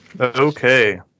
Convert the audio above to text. Okay